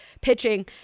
pitching